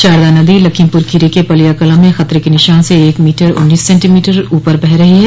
शारदा नदी लखीमपुर खीरी के पलियाकला में खतरे के निशान से एक मीटर उन्नीस सेंटीमीटर ऊपर बह रही है